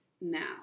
now